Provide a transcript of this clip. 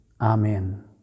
amen